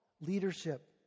leadership